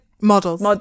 models